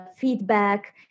feedback